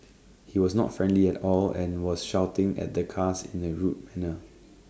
he was not friendly at all and was shouting at the cars in A rude manner